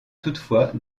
toutefois